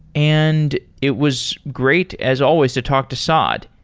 and it was great as always to talk to saad.